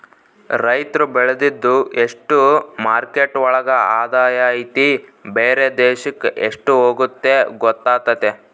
ರೈತ್ರು ಬೆಳ್ದಿದ್ದು ಎಷ್ಟು ಮಾರ್ಕೆಟ್ ಒಳಗ ಆದಾಯ ಐತಿ ಬೇರೆ ದೇಶಕ್ ಎಷ್ಟ್ ಹೋಗುತ್ತೆ ಗೊತ್ತಾತತೆ